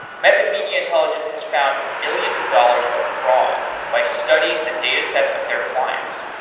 method media intelligence has found millions of dollars of fraud by studying the datasets of their clients.